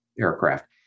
aircraft